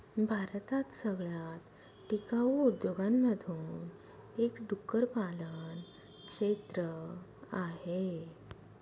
भारतात सगळ्यात टिकाऊ उद्योगांमधून एक डुक्कर पालन क्षेत्र आहे